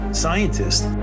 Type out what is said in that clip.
scientists